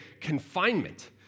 confinement